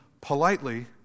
politely